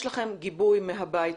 יש לכם גיבוי מהבית הזה.